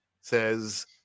says